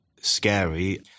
scary